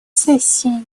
сессии